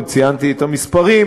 וציינתי את המספרים.